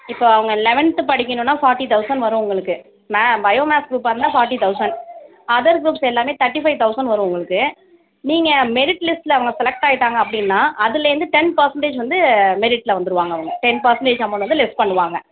இப்போ அவங்க லெவெந்த் படிக்கணும்னால் ஃபார்ட்டி தெளசன்ட் வரும் உங்களுக்கு மே பயோ மேக்ஸ் குரூப் ஆ இருந்தால் ஃபார்ட்டி தெளசன்ட் அதர் குரூப்ஸ் எல்லாமே தேர்ட்டி ஃபைவ் தெளசன்ட் வரும் உங்களுக்கு நீங்கள் மெரிட் லிஸ்ட்டில் அவங்க செலக்ட் ஆகிவிட்டாங்க அப்படினா அதிலேந்து டென் பர்ஸண்டேஜ் வந்து மெரிட்டில் வந்துடுவாங்க அவங்க டென் பெர்ஸண்டேஜ் அமௌண்ட் வந்துட்டு லெஸ் பண்ணுவாங்க